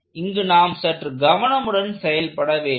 இங்கு நாம் சற்று கவனமுடன் செயல்பட வேண்டும்